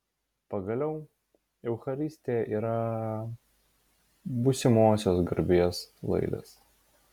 pagaliau eucharistija yra būsimosios garbės laidas